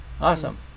awesome